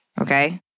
okay